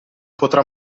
potrà